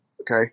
Okay